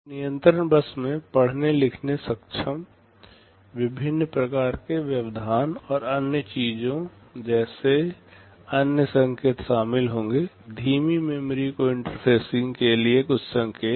और नियंत्रण बस में पढ़ने लिखने सक्षम विभिन्न प्रकार के व्यवधान और अन्य चीजों जैसे अन्य संकेत शामिल होंगे धीमी मेमोरी को इंटरफेसिंग के लिए कुछ संकेत